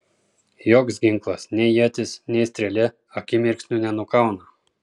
joks ginklas nei ietis nei strėlė akimirksniu nenukauna